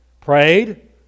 Prayed